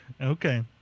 Okay